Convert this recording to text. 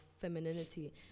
femininity